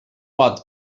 pot